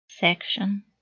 Section